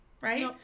right